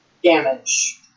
damage